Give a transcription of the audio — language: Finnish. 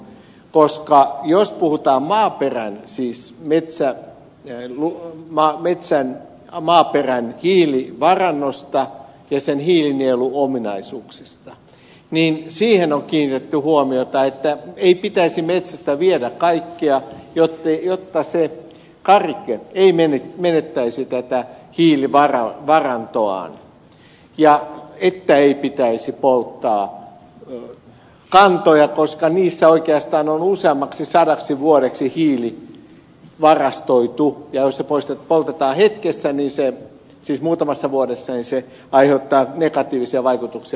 koska jos puhutaan maaperän siis metsän maaperän hiilivarannosta ja sen hiilinieluominaisuuksista niin siihen on kiinnitetty huomiota että ei pitäisi metsästä viedä kaikkea jotta se karike ei menettäisi tätä hiilivarantoaan ja että ei pitäisi polttaa kantoja koska niissä oikeastaan on useammaksi sadaksi vuodeksi hiili varastoitu ja jos se poltetaan hetkessä siis muutamassa vuodessa se aiheuttaa negatiivisia vaikutuksia ilmastotaseisiin